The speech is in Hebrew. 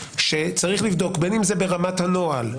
שצריך לבדוק בין אם זה ברמת הנוהל,